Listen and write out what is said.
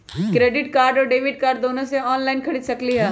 Credit card और debit card दोनों से ऑनलाइन खरीद सकली ह?